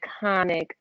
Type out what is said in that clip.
iconic